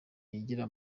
nigiye